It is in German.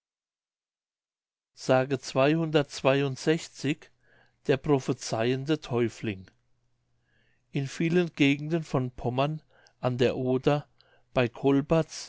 der prophezeihende täufling in vielen gegenden von pommern an der oder bei